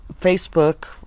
Facebook